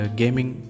gaming